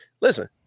listen